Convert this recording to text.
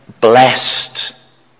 blessed